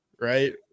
right